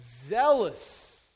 zealous